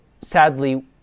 sadly